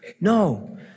No